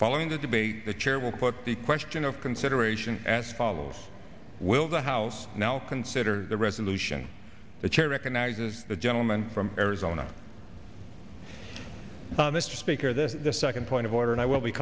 following the debate the chair will put the question of consideration as follows will the house now consider the resolution the chair recognizes the gentleman from arizona mr speaker this is the second point of order and i will be